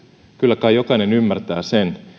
kyllä kai jokainen ymmärtää sen